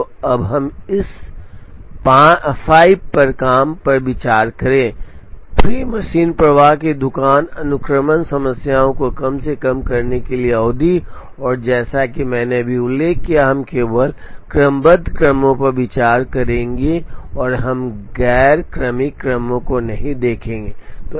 तो अब हम इस 5 काम पर विचार करें 3 मशीन प्रवाह की दुकान अनुक्रमण समस्या को कम से कम करने के लिए अवधि और जैसा कि मैंने अभी उल्लेख किया है हम केवल क्रमबद्ध क्रमों पर विचार करेंगे और हम गैर क्रमिक क्रमों को नहीं देखेंगे